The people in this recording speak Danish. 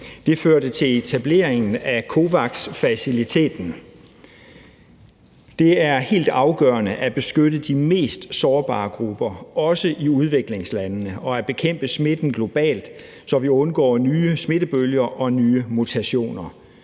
Det førte til etablering af COVAX-faciliteten. Det er helt afgørende at beskytte de mest sårbare grupper, også i udviklingslandene, og at bekæmpe smitten globalt, så vi undgår nye smittebølger og nye mutationer.